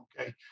okay